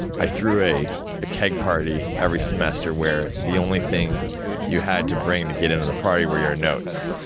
i threw a ah keg party every semester, where the only thing you had to bring to get into the party were your notes.